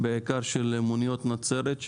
בעיקר של מוניות נצרת,